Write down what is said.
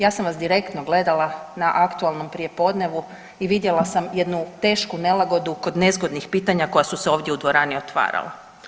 Ja sam vas direktno gledala na aktualnom prijepodnevu i vidjela sam jednu tešku nelagodu kod nezgodnih pitanja koja su se ovdje u dvorani otvarala.